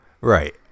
Right